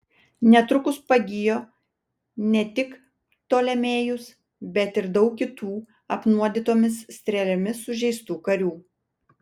netrukus pagijo ne tik ptolemėjus bet ir daug kitų apnuodytomis strėlėmis sužeistų karių